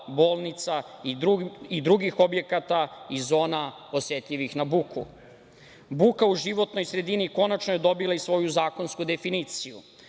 bolnica i drugih objekata i zona osetljivih na buku. Buka u životnoj sredini konačno je dobila i svoju zakonsku definiciju